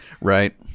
Right